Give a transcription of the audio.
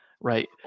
right